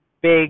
big